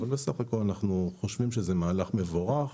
אבל בסך הכול אנחנו חושבים שזה מהלך מבורך.